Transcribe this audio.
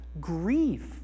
grief